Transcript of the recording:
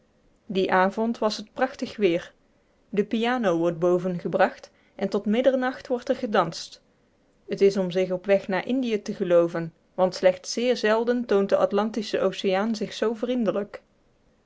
dien avond was het prachtig weer de piano wordt hoven gebracht en tot middernacht wordt er gedanst t is om zich op weg naar indië te gelooven want slechts zeer zelden toont de atlantische oceaan zich zoo vriendelijk